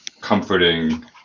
comforting